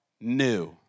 new